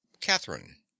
Catherine